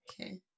Okay